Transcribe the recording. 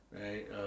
Right